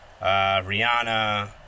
Rihanna